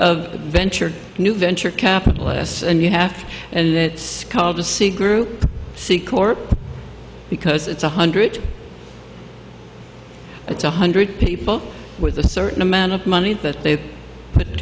of venture new venture capitalists and you have and it called to see group c corp because it's one hundred it's one hundred people with a certain amount of money that they put